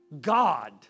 God